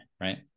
Right